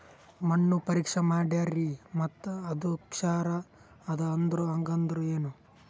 ಮಣ್ಣ ಪರೀಕ್ಷಾ ಮಾಡ್ಯಾರ್ರಿ ಮತ್ತ ಅದು ಕ್ಷಾರ ಅದ ಅಂದ್ರು, ಹಂಗದ್ರ ಏನು?